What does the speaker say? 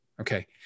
Okay